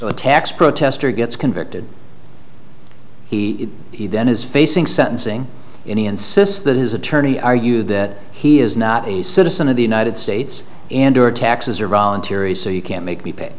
tax protester gets convicted he he then is facing sentencing any insists that his attorney argue that he is not a citizen of the united states and our taxes are voluntary so you can't make me pay